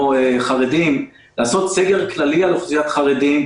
כמו חרדים לעשות סגר כללי על אוכלוסיית חרדים,